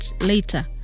later